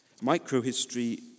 Microhistory